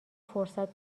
فرصت